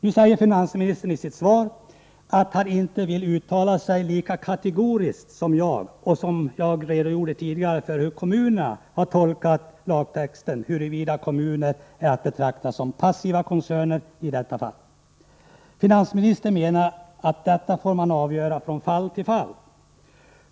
Nu säger finansministern i sitt svar att han inte vill uttala sig lika kategoriskt som jag när det gäller kommunernas tolkning av huruvida kommunala bolag är att betrakta som passiva koncerner i detta fall. Finansministern menar att man får avgöra detta från fall till fall.